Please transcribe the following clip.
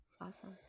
Awesome